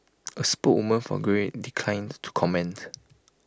A spokeswoman for Grail declined to comment